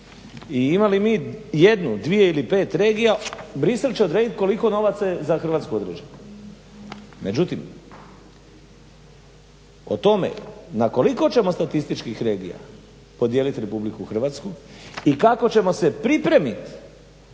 I imali mi jednu, dvije ili pet regija Bruxelles će odrediti koliko novaca je za Hrvatsku određeno. Međutim, o tome na koliko ćemo statističkih regija podijelit Republiku Hrvatsku i kako ćemo se pripremit